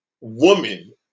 woman